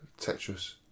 Tetris